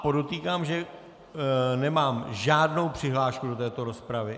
Podotýkám, že nemám žádnou přihlášku do této rozpravy.